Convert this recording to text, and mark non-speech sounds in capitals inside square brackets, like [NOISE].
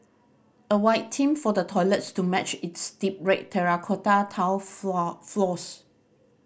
a white theme for the toilets to match its deep red terracotta tiled [UNINTELLIGIBLE] floors